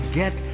get